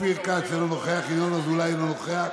אופיר כץ, אינו נוכח, ינון אזולאי, אינו נוכח,